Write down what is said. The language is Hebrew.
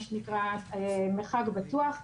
מה שנקרא "מרחק בטוח",